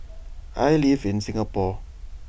I live in Singapore